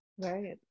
Right